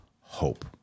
hope